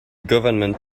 government